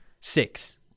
Six